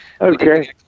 Okay